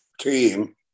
team